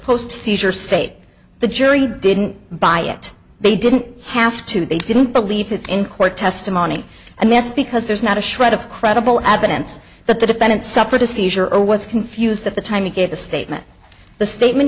post seizure state the jury didn't buy it they didn't have to they didn't believe his in court testimony and that's because there's not a shred of credible evidence that the defendant suffered a seizure or was confused at the time to give a statement the statement